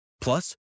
plus